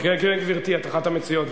גברתי, את אחת המציעות.